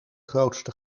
grootste